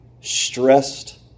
stressed